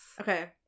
Okay